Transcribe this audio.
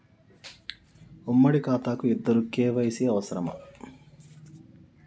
ఉమ్మడి ఖాతా కు ఇద్దరు కే.వై.సీ అవసరమా?